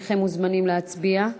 הנכם מוזמנים להצביע.